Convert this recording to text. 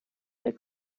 der